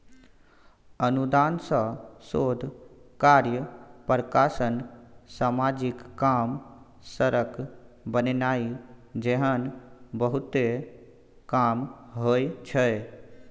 अनुदान सँ शोध कार्य, प्रकाशन, समाजिक काम, सड़क बनेनाइ जेहन बहुते काम होइ छै